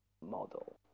model